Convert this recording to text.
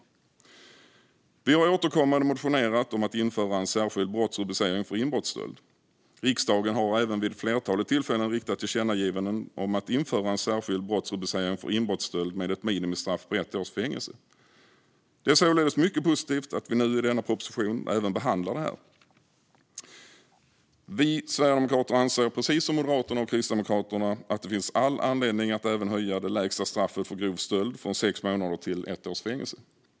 Sverigedemokraterna har återkommande motionerat om att införa en särskild brottsrubricering för inbrottsstöld. Riksdagen har även vid ett flertal tillfällen riktat tillkännagivanden om att införa en särskild brottsrubricering för inbrottsstöld med ett minimistraff på ett års fängelse. Det är således mycket positivt att även detta behandlas i propositionen. Vi sverigedemokrater anser, precis som Moderaterna och Kristdemokraterna, att det finns all anledning att även höja det lägsta straffet för grov stöld från sex månader till ett års fängelse.